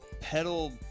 pedal